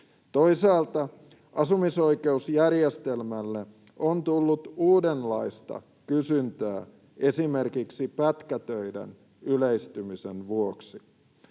Toisaalta asumisoikeusjärjestelmälle on tullut uudenlaista kysyntää esimerkiksi pätkätöiden yleistymisen vuoksi.